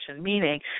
meaning